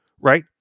right